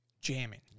jamming